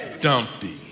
Dumpty